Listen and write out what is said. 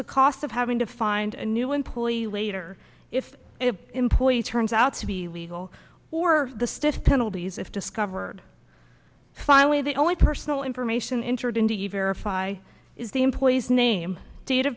the cost of having to find a new employee later if employee turns out to be legal or the stiff penalties if discovered finally the only personal information entered into you verify is the employee's name dat